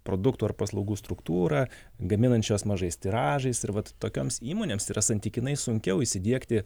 produktų ar paslaugų struktūrą gaminančios mažais tiražais ir vat tokioms įmonėms yra santykinai sunkiau įsidiegti